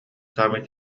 саамай